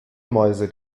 mäuse